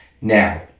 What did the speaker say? Now